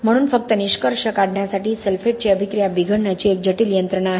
म्हणून फक्त निष्कर्ष काढण्यासाठी सल्फेटची अभिक्रिया बिघडण्याची एक जटिल यंत्रणा आहे